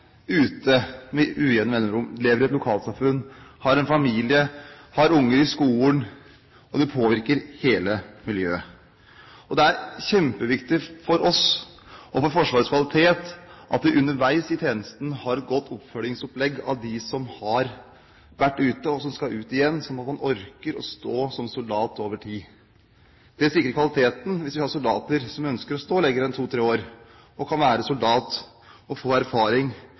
ute med ujevne mellomrom, lever i et lokalsamfunn, har en familie, har unger i skolen, og det påvirker hele miljøet. Det er kjempeviktig for oss og for Forsvarets kvalitet at man underveis i tjenesten har et godt oppfølgingsopplegg for dem som har vært ute og som skal ut igjen, slik at man orker å stå som soldat over tid. Det sikrer kvaliteten hvis vi har soldater som ønsker å stå lenger enn to–tre år, at man kan være soldat, få erfaring,